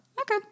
Okay